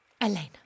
Elena